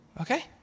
okay